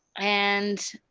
and